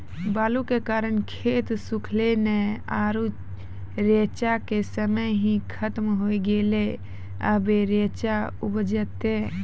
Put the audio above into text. बालू के कारण खेत सुखले नेय आरु रेचा के समय ही खत्म होय गेलै, अबे रेचा उपजते?